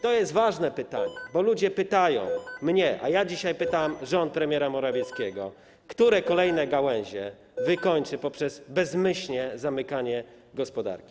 To jest ważne pytanie, bo ludzie pytają mnie, a ja dzisiaj pytam rząd premiera Morawieckiego, które kolejne gałęzie wykończy poprzez bezmyślne zamykanie gospodarki.